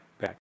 back